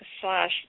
slash